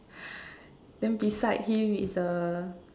then beside him is a